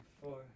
four